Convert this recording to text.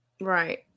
Right